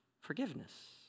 forgiveness